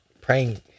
praying